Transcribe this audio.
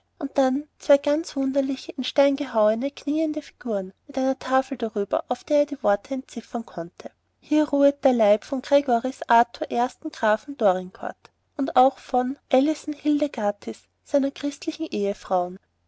und dann zwei ganz wunderliche in stein gehauene knieende figuren mit einer tafel darüber auf der er die worte entziffern konnte hir rvhet der leyb von gregorivs arthvr ersten grafen dorincovrt vnd avch der von alisone hildegartis seiner christlichen ehefraven